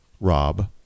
Rob